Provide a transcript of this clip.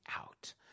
out